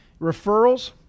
Referrals